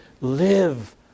live